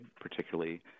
particularly